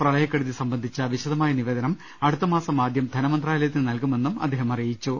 പ്രളയക്കെടുതി സംബന്ധിച്ച വിശദമായ നിവേദനം അടുത്തമാസം ആദ്യം ധനമന്ത്രാലയത്തിന് നൽകുമെന്നും അദ്ദേഹം അറിയിച്ചു